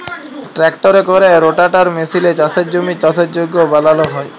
ট্রাক্টরে ক্যরে রোটাটার মেসিলে চাষের জমির চাষের যগ্য বালাল হ্যয়